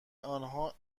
آنها